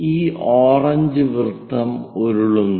ഈ ഓറഞ്ച് വൃത്തം ഉരുളുന്നു